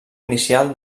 inicial